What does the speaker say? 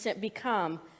become